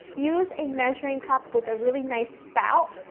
use a measuring cup with a really nice spout,